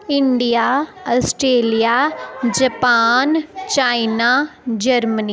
India Australia Japan China Germany